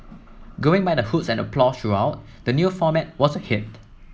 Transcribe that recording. going by the hoots and applause throughout the new format was a hit